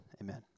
Amen